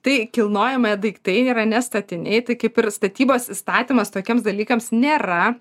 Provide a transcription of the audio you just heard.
tai kilnojamieji daiktai yra ne statiniai tai kaip ir statybos įstatymas tokiems dalykams nėra